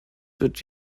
wird